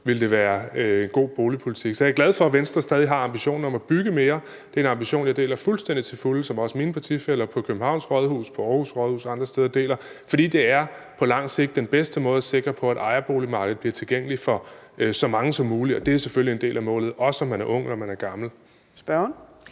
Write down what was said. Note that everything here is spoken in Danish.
ville det være god boligpolitik. Så jeg er glad for, at Venstre stadig har ambitionen om at bygge mere. Det er en ambition, jeg til fulde deler, ligesom mine partifæller på Københavns Rådhus, på Aarhus Rådhus og andre steder, for det er på lang sigt den bedste måde at sikre, at ejerboligmarkedet blive tilgængeligt for så mange som muligt, og det er selvfølgelig en del af målet, og også for unge og gamle.